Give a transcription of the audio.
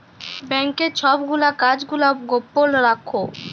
ব্যাংকের ছব গুলা কাজ গুলা গপল রাখ্যে